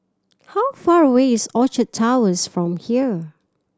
how far away is Orchard Towers from here